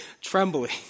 trembling